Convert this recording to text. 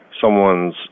someone's